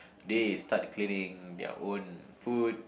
they start clearing their own food